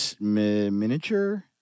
miniature